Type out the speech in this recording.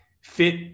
fit